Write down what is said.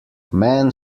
men